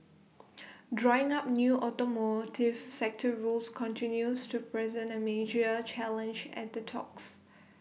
drawing up new automotive sector rules continues to present A major challenge at the talks